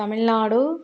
Tamil Nadu